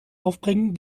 aufbringen